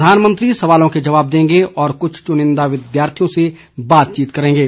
प्रधानमंत्री सवालों के जवाब देंगे और कुछ चुनिंदा विद्यार्थियों से बातचीत करेंगे